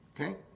okay